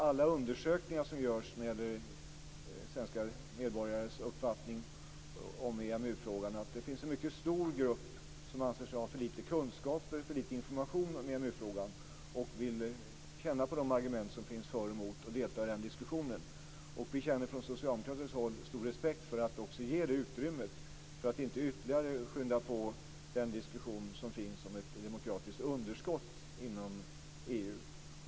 Alla undersökningar som görs när det gäller svenska medborgares uppfattning om EMU-frågan visar att det finns en mycket stor grupp som anser sig ha för lite kunskaper och för lite information om EMU-frågan och som vill känna på argumenten för och emot och delta i den diskussionen. Från socialdemokratiskt håll känner vi stor respekt för att också ge det utrymmet; detta för att inte ytterligare skynda på den diskussion som finns om ett demokratiskt underskott i EU.